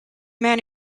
men